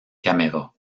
caméra